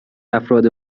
افراد